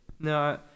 No